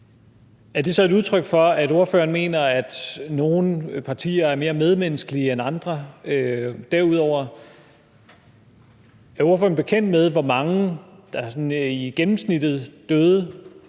er det så et udtryk for, at ordføreren mener, at nogle partier er mere medmenneskelige end andre? Derudover: Er ordføreren bekendt med, hvor mange der sådan i gennemsnit døde